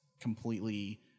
completely